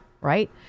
right